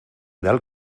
del